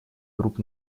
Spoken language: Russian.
групп